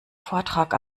vortrag